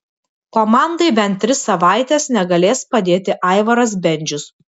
komandai bent tris savaites negalės padėti aivaras bendžius